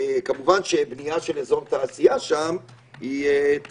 וכמובן שבנייה של אזור תעשייה שם תהרוס.